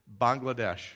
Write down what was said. Bangladesh